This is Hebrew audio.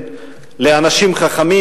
לאנשים חכמים,